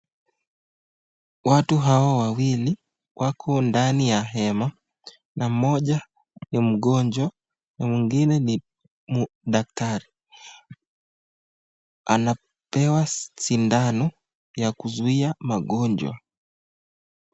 Watu hawa wawili wako ndani ya ema na moja ni mgonjwa mwengine ni daktari, anapewa sindano ya kuzuia magonjwa.